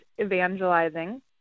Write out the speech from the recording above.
evangelizing